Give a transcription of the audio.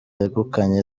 yegukanye